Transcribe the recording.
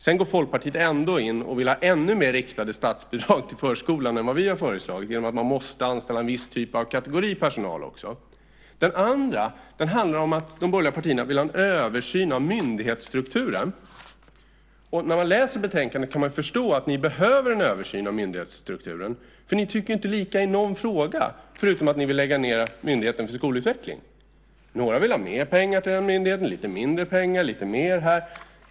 Sedan går Folkpartiet ändå in och vill ha ännu mer riktade statsbidrag till förskolan än vad vi har föreslagit genom att man måste anställa en viss kategori personal också. Den andra handlar om att de borgerliga partierna vill ha en översyn av myndighetsstrukturen. När man läser betänkandet kan man förstå att ni behöver en översyn av myndighetsstrukturen. Ni tycker ju inte lika i någon fråga, förutom att ni vill lägga ned Myndigheten för skolutveckling. Några vill ha mer pengar till den myndigheten, lite mindre pengar och lite mer här.